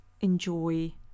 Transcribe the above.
enjoy